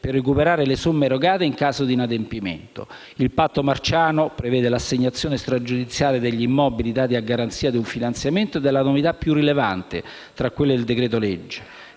per recuperare le somme erogate in caso di inadempimento nel pagamento delle rate. Il patto marciano prevede l'assegnazione stragiudiziale degli immobili dati a garanzia di un finanziamento ed è la novità più rilevante tra quelle del decreto-legge.